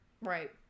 Right